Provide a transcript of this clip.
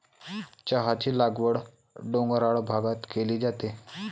चहाची लागवड डोंगराळ भागात केली जाते